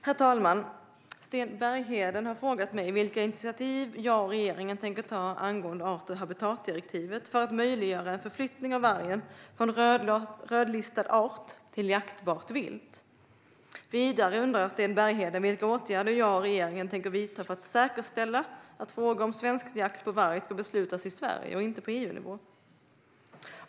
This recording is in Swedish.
Herr talman! Sten Bergheden har frågat mig vilka initiativ jag och regeringen tänker ta angående art och habitatdirektivet för att möjliggöra en förflyttning av vargen från rödlistad art till jaktbart vilt. Vidare undrar Sten Bergheden vilka åtgärder jag och regeringen tänker vidta för att säkerställa att frågor om svensk jakt på varg ska beslutas i Sverige och inte på EUnivå.